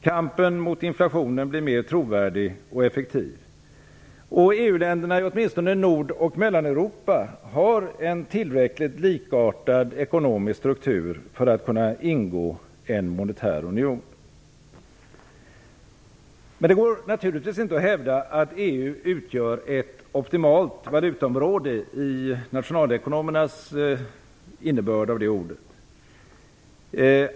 Kampen mot inflationen blir mer trovärdig och effektiv. EU-länderna, åtminstone i Nord och Mellaneuropa, har en tillräckligt likartad ekonomisk struktur för att kunna ingå en monetär union. Det går naturligtvis inte att hävda att EU utgör ett optimalt valutaområde, med nationalekonomernas innebörd i det ordet.